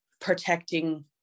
protecting